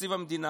בתקציב המדינה,